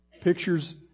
pictures